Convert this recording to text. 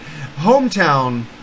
hometown